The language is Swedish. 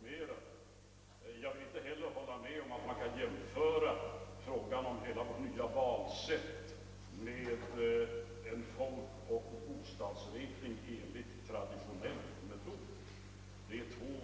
Herr talman! Man skall ha ganska avancerade anspråk på information, om man efter den uppräkning jag gjorde i mitt förra anförande fortsättningsvis skall kunna hävda att allmänheten är ofullständigt informerad. Jag vill inte heller hålla med om att frågan om det nya valsättet kan jämföras med en folkoch bostadsräkning enligt traditionell metod. Det är två